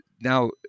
now